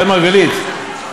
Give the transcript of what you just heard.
אראל מרגלית,